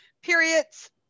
periods